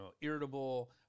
irritable